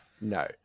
No